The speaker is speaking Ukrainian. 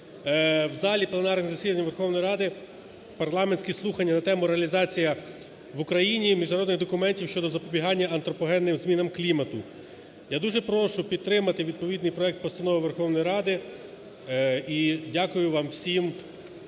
в залі пленарних засідань Верховної Ради парламентські слухання на тему: "Реалізація в Україні міжнародних документів щодо запобігання антропогенним змінам клімату". Я дуже прошу підтримати відповідний проект Постанови Верховної Ради. І дякую вам всім